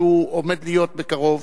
שעומד להיחתם בקרוב,